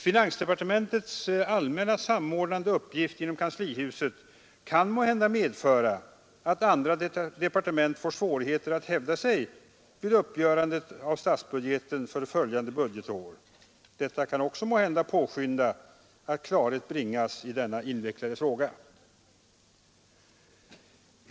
Finansdepartementets allmänna samordnande uppgifter inom kanslihuset kan måhända medföra att andra departement får svårigheter att hävda sig vid uppgörandet av statsbudgeten för följande budgetår. Detta kan kanske också påskynda att klarhet bringas i denna invecklade fråga.